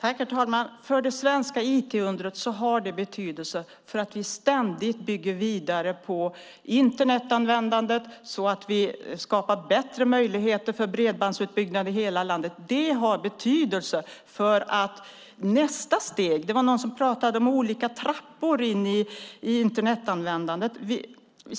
Herr talman! För det svenska IT-undret har det betydelse att vi ständigt bygger vidare på Internetanvändandet och skapar bättre möjligheter för bredbandsutbyggnad i hela landet. Det har betydelse för nästa steg. Någon pratade om olika trappor i Internetanvändandet.